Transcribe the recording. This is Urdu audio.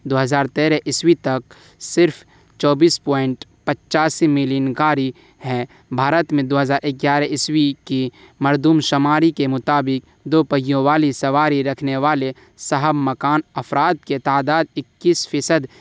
دو ہزار تیرہ عیسوی تک صرف چوبیس پوائنٹ پچاسی ملین گاڑی ہیں بھارت میں دو ہزار اگیارہ عیسوی کی مردم شماری کے مطابق دو پہیوں والی سواری رکھنے والے صاحب مکان افراد کے تعداد اکیس فیصد